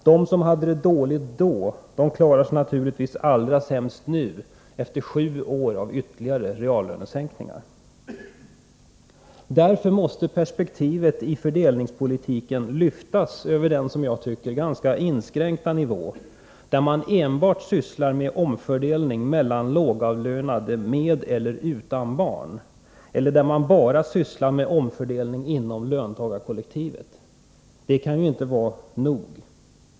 De som hade det dåligt då klarar sig givetvis allra sämst nu efter sju år av ytterligare reallönesänkningar. Därför måste perspektivet i fördelningspolitiken lyftas över den, som jag tycker, ganska inskränkta nivå där man sysslar med omfördelning enbart mellan lågavlönade med eller utan barn eller bara inom löntagarkollektivet. Det kan ju inte vara nog.